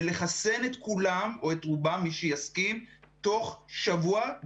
ולחסן את כולם או את רובם, מי שיסכים, תוך שבוע.